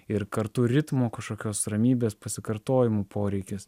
ir kartu ritmo kažkokios ramybės pasikartojimų poreikis